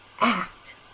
Act